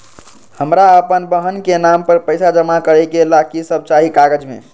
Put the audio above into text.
हमरा अपन बहन के नाम पर पैसा जमा करे ला कि सब चाहि कागज मे?